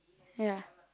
ya